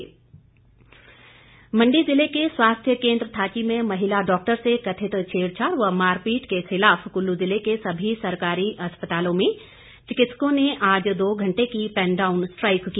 strike Mandi जिले के स्वास्थ्य केन्द्र थाची में महिला डॉक्टर से कथित छेड़छाड़ व मारपीट के खिलाफ कुल्लू जिले के सभी सरकारी अस्पतालों में चिकित्सकों ने आज दो घंटे की पैन डाउन स्ट्राईक की